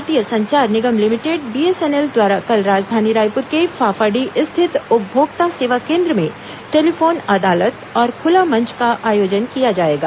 भारतीय Sanchar Nigam limited BSNL द्वारा कल राजधानी रायपुर के फाफाडीह स्थित उपभोक्ता सेवा केन्द्र में टेलीफोन अदालत और खुला मंच का आयोजन किया जाएगा